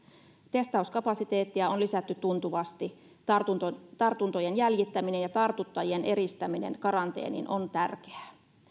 testauskapasiteettia on lisätty tuntuvasti tartuntojen tartuntojen jäljittäminen ja tartuttajien eristäminen karanteeniin on tärkeää